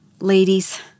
Ladies